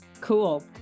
Cool